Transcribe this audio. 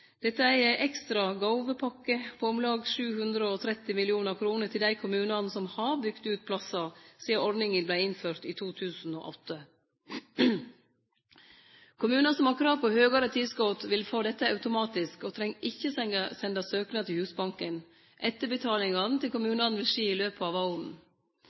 Dette er ei ekstra gåvepakke på om lag 730 mill. kr til dei kommunane som har bygd ut plassar sidan ordninga vart innført i 2008. Kommunar som har krav på høgare tilskot, vil få dette automatisk og treng ikkje sende søknad til Husbanken. Etterbetalingane til kommunane vil skje i løpet av